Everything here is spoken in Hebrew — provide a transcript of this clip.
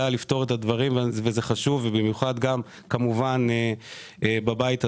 וזה חשוב ובמיוחד גם כמובן בבית הזה.